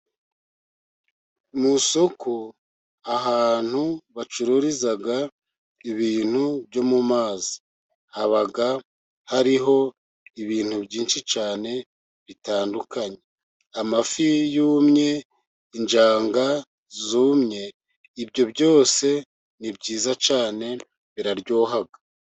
Mu isoko ahantu bacururiza ibintu byo mu mazi haba hariho ibintu byinshi cyane bitandukanye amafi yumye, injanga zumye ibyo byose ni byiza cyane biraryoha.